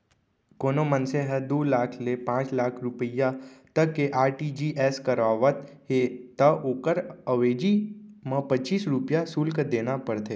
कोनों मनसे ह दू लाख ले पांच लाख रूपिया तक के आर.टी.जी.एस करावत हे त ओकर अवेजी म पच्चीस रूपया सुल्क देना परथे